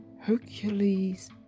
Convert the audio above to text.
Hercules